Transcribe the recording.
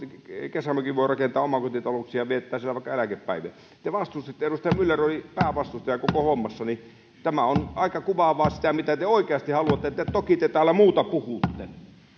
kesämökin voi rakentaa omakotitaloksi ja viettää siellä vaikka eläkepäiviä te vastustitte ja edustaja myller oli päävastustaja koko hommassa tämä on aika kuvaavaa siitä mitä te oikeasti haluatte tehdä toki te täällä muuta puhutte